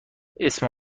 اسم